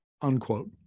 unquote